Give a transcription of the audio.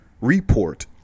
report